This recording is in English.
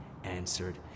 Answered